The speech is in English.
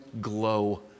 glow